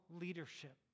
leadership